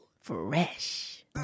Fresh